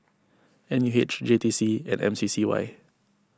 N U H J T C and M C C Y